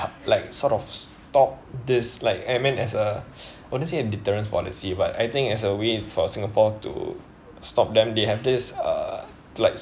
like sort of stop this like I mean as a honestly a deterrence policy but I think as a way for singapore to stop them they have this uh like